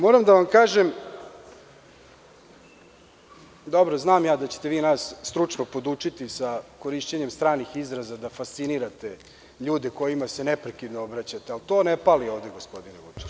Moram da vam kažem, dobro, znam ja da ćete vi nas stručno podučiti sa korišćenjem stranih izraza da fascinirate ljude kojima se neprekidno obraćate, ali to ne pali ovde, gospodine Vučiću.